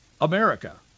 America